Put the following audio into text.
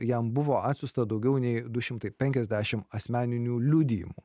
jam buvo atsiųsta daugiau nei du šimtai penkiasdešim asmeninių liudijimų